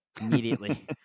immediately